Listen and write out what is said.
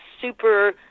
super